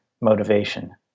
motivation